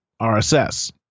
RSS